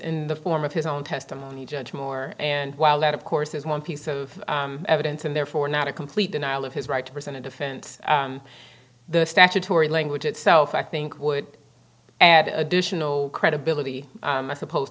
in the form of his own testimony judge moore and while that of course is one piece of evidence and therefore not a complete denial of his right to present a defense the statutory language itself i think would add additional credibility i suppose